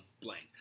Blank